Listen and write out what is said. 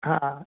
हा